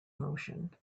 motion